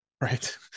Right